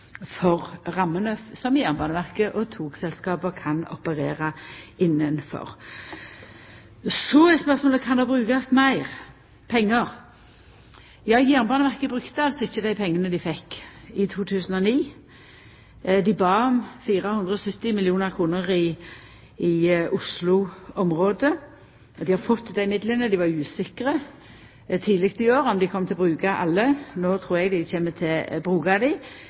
legg rammene som Jernbaneverket og togselskapet kan operera innanfor. Så er spørsmålet: Kan det brukast meir pengar? Jernbaneverket brukte ikkje dei pengane dei fekk i 2009. Dei bad om 470 mill. kr i Oslo-området. Dei har fått dei midlane. Dei var usikre tidleg i år om dei kom til å bruka alle. No trur eg dei kjem til å bruka dei.